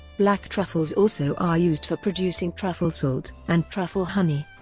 black truffles also are used for producing truffle salt and truffle honey.